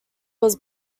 was